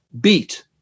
beat